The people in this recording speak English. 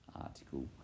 article